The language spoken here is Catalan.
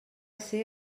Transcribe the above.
ser